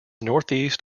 northeast